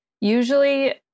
Usually